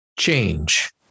change